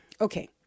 Okay